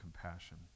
compassion